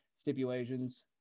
stipulations